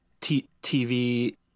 TV